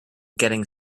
getting